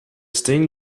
stained